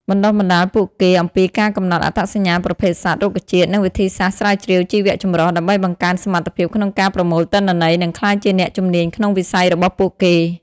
បណ្តុះបណ្តាលពួកគេអំពីការកំណត់អត្តសញ្ញាណប្រភេទសត្វ រុក្ខជាតិ និងវិធីសាស្រ្តស្រាវជ្រាវជីវៈចម្រុះ ដើម្បីបង្កើនសមត្ថភាពក្នុងការប្រមូលទិន្នន័យ និងក្លាយជាអ្នកជំនាញក្នុងវិស័យរបស់ពួកគេ។